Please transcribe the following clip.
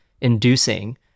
inducing